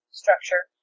structure